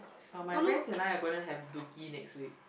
uh my friends and I are gonna have Dookki next week